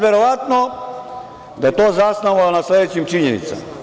Verovatno da je to zasnovano na sledećim činjenicama.